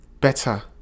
better